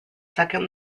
second